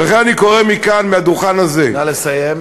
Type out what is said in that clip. לכן אני קורא מכאן, מהדוכן הזה, נא לסיים.